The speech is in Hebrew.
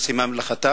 והיא סיימה את מלאכתה.